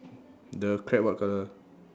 the crab what colour